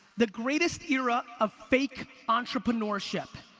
the greatest era of fake entrepreneurship.